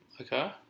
Okay